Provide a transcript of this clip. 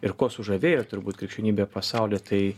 ir kuo sužavėjo turbūt krikščionybė pasaulį tai